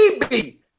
baby